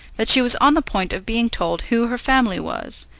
that she was on the point of being told who her family was,